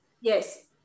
Yes